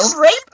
rape